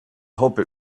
hope